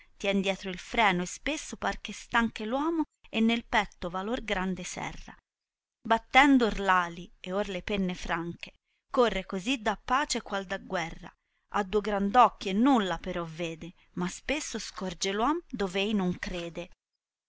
tien dietro il freno e spesso par che stanche l uomo e nel petto valor grande serra battendo l ali ed or le penne franche corre così da pace qual da guerra ha duo grand occhi e nulla però vede ma spesso scorger om dov ei non crede